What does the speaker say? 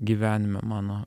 gyvenime mano